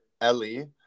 Ellie